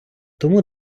тому